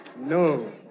No